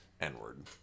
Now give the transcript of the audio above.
N-word